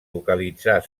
localitzar